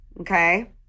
okay